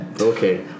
Okay